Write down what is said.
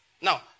now